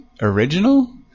original